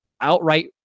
outright